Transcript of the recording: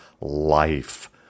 life